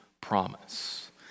promise